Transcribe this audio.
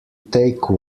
take